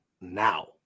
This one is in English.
now